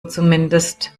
zumindest